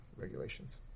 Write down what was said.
regulations